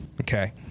Okay